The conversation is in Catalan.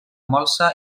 molsa